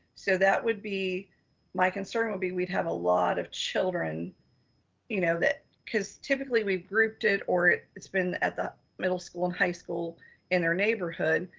so that would be my concern would be, we'd have a lot of children you know that cause typically we've grouped it or it's been at the middle school and high school in their neighborhood.